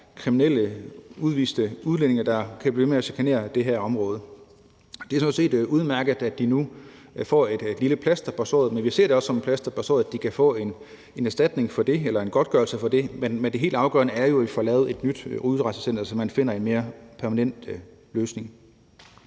kriminelle udviste udlændinge, der kan blive ved med at chikanere dem, der bor i det her område. Det er sådan set udmærket, at de nu får et lille plaster på såret. Og vi ser det også som et plaster på såret, at de kan få en erstatning eller en godtgørelse for det. Men det helt afgørende er jo, at vi får lavet et nyt udrejsecenter, så vi finder en mere permanent løsning.